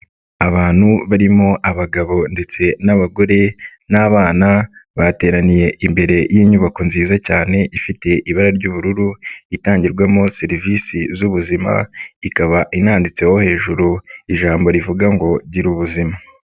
Abantu barimo abagabo ndetse n'abagore n'abana, bateraniye imbere y'inyubako nziza cyane ifite ibara ry'ubururu, itangirwamo serivisi z'ubuzima, ikaba inanditseho hejuru ijambo rivuga ngo gira ubuzima.